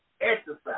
exercise